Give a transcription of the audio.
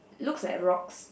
looks like rocks